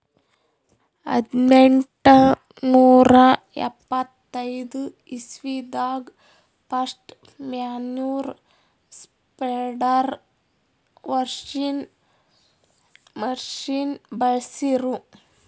ಹದ್ನೆಂಟನೂರಾ ಎಪ್ಪತೈದ್ ಇಸ್ವಿದಾಗ್ ಫಸ್ಟ್ ಮ್ಯಾನ್ಯೂರ್ ಸ್ಪ್ರೆಡರ್ ಮಷಿನ್ ಬಳ್ಸಿರು